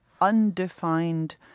undefined